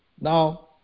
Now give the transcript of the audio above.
Now